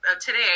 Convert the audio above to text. today